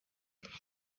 and